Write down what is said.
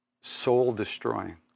soul-destroying